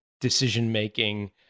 decision-making